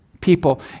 people